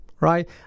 right